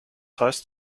heißt